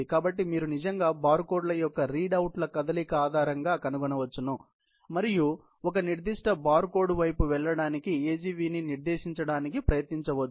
కాబట్టి మీరు నిజంగా బార్ కోడ్ల యొక్క రీడ్ అవుట్ల ఆధారంగా కదలిక కనుగొనవచ్చు మరియు మీరు ఒక నిర్దిష్ట బార్ కోడ్ వైపు వెళ్ళడానికి AGV ని నిర్దేశించడానికి ప్రయత్నించవచ్చు